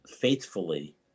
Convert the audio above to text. faithfully